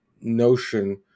notion